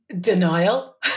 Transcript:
Denial